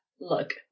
Look